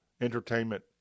entertainment